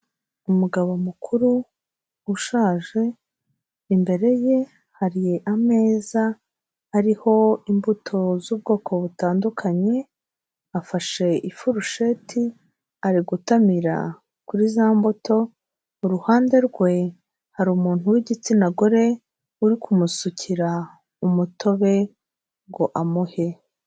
Umugabo mukuru ushaje, imbere ye hari ameza ariho imbuto z'ubwoko butandukanye, afashe ifurusheti ari gutamira kuri za mbuto, uruhande rwe hari umuntu w'igitsina gore uri kumusukira umutobe ngo amuhe.